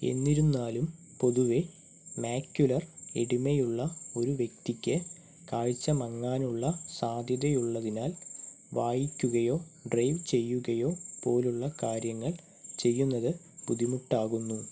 എന്നിരുന്നാലും പൊതുവേ മാക്യുലർ എഡിമയുള്ള ഒരു വ്യക്തിക്ക് കാഴ്ച മങ്ങാനുള്ള സാധ്യതയുള്ളതിനാല് വായിക്കുകയോ ഡ്രൈവ് ചെയ്യുകയോ പോലുള്ള കാര്യങ്ങൾ ചെയ്യുന്നത് ബുദ്ധിമുട്ടാകുന്നു